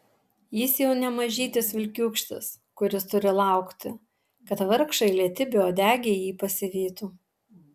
jis jau ne mažytis vilkiūkštis kuris turi laukti kad vargšai lėti beuodegiai ji pasivytų